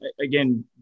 again